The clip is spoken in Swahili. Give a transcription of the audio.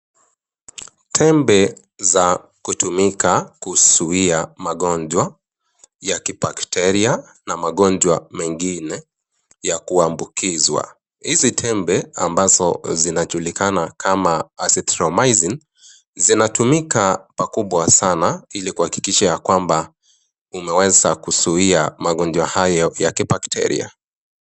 Tembe za kutumika kuzuia magonjwa ya kibakteria na magonjwa mengine ya kuambukizwa. Hizi tembe ambazo zinajulikana kama(cs) Azithromycin(cs), zinatumika pakubwa sana ili kuhakikisha ya kwamba, umeweza kuzuia magonjwa haya ya kibakteria.